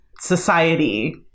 society